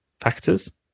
factors